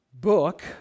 book